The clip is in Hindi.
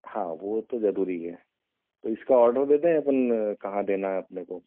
हाँ वह तो ज़रूरी है तो इसका ऑर्डर दे दें अपन कहाँ देना है अपने को